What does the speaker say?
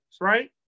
right